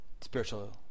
spiritual